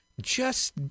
just-